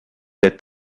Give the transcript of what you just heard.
est